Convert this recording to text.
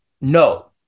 no